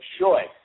choice